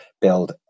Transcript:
build